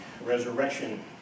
resurrection